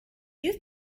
you